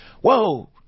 Whoa